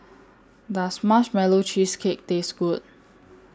Does Marshmallow Cheesecake Taste Good